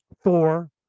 Thor